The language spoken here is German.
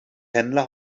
händler